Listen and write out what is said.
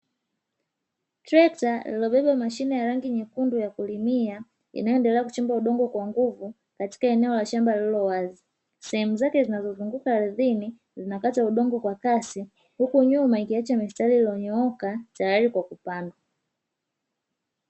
Trekta lililobeba mashine ya rangi nyekundu ya kulimia inayoendelea kuchimba udongo kwa nguvu katika eneo la shamba lililowazi. Sehemu zake zinazozunguka ardhini linakata udongo kwa kasi huku nyuma ikiacha mistari iliyonyooka tayari kwa kupandwa.